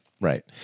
right